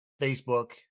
Facebook